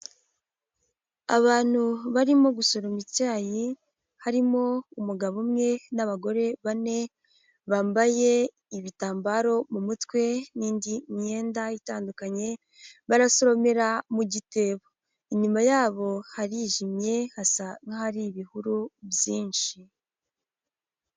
Abantu barimo gusoroma icyayi, harimo umugabo umwe n'abagore bane bambaye ibitambaro mu mutwe n'indi myenda itandukanye, barasoromera mu gitebo. Inyuma yabo harijimye, hasa nk'ahari ibihuru byinshi.